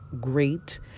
great